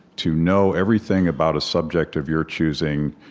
to know everything about a subject of your choosing,